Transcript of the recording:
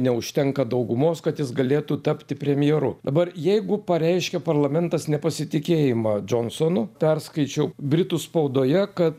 neužtenka daugumos kad jis galėtų tapti premjeru dabar jeigu pareiškia parlamentas nepasitikėjimą džonsonu perskaičiau britų spaudoje kad